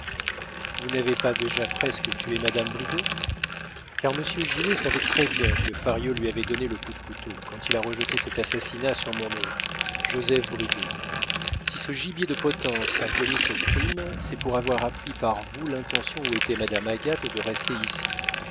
mais n'avez-vous pas déjà presque tué madame bridau car monsieur gilet savait très-bien que fario lui avait donné le coup de couteau quand il a rejeté cet assassinat sur mon hôte joseph bridau si ce gibier de potence a commis ce crime c'est pour avoir appris par vous l'intention où était madame agathe de rester ici